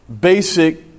basic